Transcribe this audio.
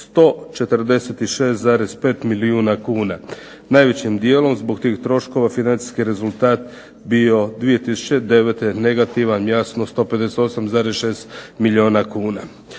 146,5 milijuna kuna. Najvećim dijelom zbog tih troškova financijski rezultat je bio 2009. negativan, jasno 158,6 milijuna kuna.